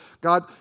God